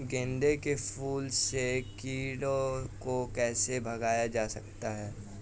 गेंदे के फूल से कीड़ों को कैसे भगाया जा सकता है?